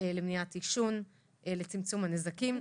למניעת עישון וצמצום הנזקים,